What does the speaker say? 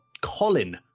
Colin